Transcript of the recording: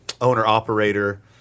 owner-operator